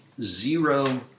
zero